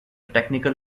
technical